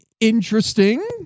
interesting